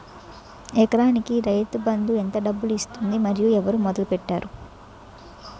ఎకరానికి రైతు బందు ఎంత డబ్బులు ఇస్తుంది? మరియు ఎవరు మొదల పెట్టారు?